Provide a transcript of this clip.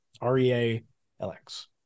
R-E-A-L-X